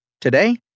today